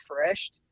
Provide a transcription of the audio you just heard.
refreshed